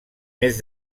més